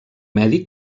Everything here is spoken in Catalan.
medi